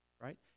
right